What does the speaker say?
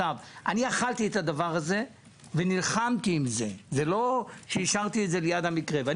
תודה רבה, חבר הכנסת גפני.